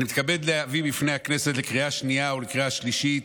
אני מתכבד להביא בפני הכנסת לקריאה השנייה ולקריאה השלישית